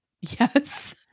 Yes